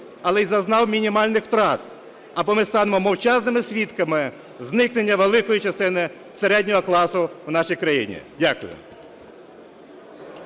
але і зазнав мінімальних втрат, або ми станемо мовчазними свідками зникнення великої частини середнього класу у нашій країні. Дякую.